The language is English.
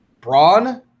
Braun